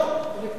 עוד לפני הבחירות.